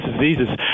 diseases